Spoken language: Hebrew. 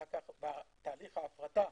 ותהליך ההפרטה